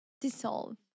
dissolve